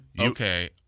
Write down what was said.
Okay